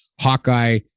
Hawkeye